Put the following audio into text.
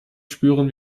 spüren